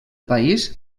país